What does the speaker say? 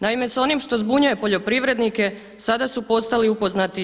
Naime, sa onim što zbunjuje poljoprivrednike sada su postali upoznati svi.